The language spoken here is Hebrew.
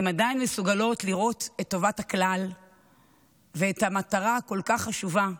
הן עדיין מסוגלות לראות את טובת הכלל ואת המטרה הכל-כך חשובה,